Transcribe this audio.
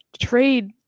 trade